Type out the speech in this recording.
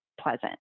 pleasant